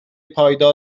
پایدار